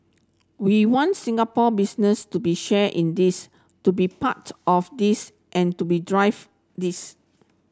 we want Singapore business to be share in this to be part of this and to be drive this